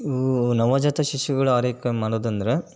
ಇವು ನವಜಾತ ಶಿಶುಗಳ ಆರೈಕೆ ಮಾಡೋದೆಂದರೆ